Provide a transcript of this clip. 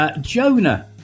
Jonah